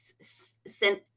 sent